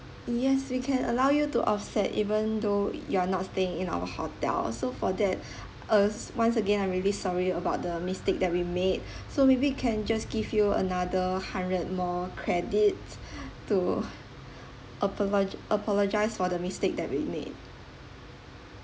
yes we can allow you to offset even though you are not staying in our hotel so for that uh once again I'm really sorry about the mistake that we made so maybe we can just give you another hundred more credit to apolog~ apologise for the mistake that we made